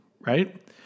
Right